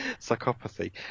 psychopathy